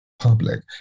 public